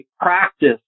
practice